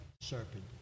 serpent